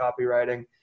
copywriting